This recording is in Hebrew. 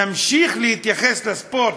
נמשיך להתייחס לספורט,